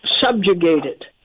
subjugated